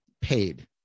paid